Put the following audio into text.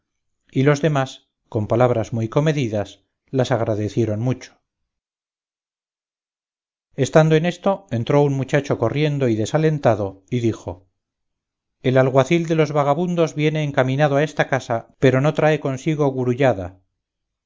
y los demás con palabras muy comedidas las agradecieron mucho estando en esto entró un muchacho corriendo y desalentado y dijo el alguacil de los vagabundos viene encaminado a esta casa pero no trae consigo gurullada